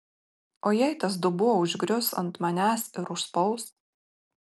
o jei tas dubuo užgrius ant manęs ir užspaus